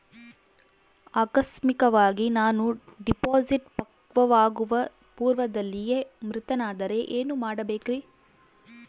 ಆಕಸ್ಮಿಕವಾಗಿ ನಾನು ಡಿಪಾಸಿಟ್ ಪಕ್ವವಾಗುವ ಪೂರ್ವದಲ್ಲಿಯೇ ಮೃತನಾದರೆ ಏನು ಮಾಡಬೇಕ್ರಿ?